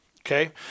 okay